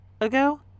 ago